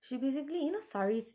she basically you know sarees